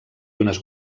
unes